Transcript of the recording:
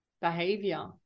behavior